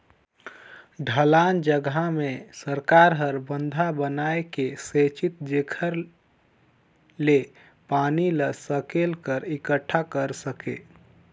ढलान जघा मे सरकार हर बंधा बनाए के सेचित जेखर ले पानी ल सकेल क एकटठा कर सके